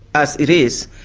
as it is,